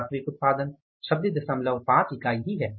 वास्तविक उत्पादन 265 इकाई है